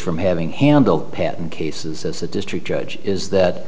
from having handled patent cases as a district judge is that